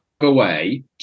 away